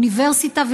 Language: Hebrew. אוניברסיטה,